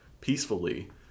peacefully